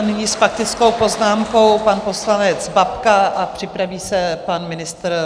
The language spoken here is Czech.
Nyní s faktickou poznámkou pan poslanec Babka a připraví se pan ministr Baxa.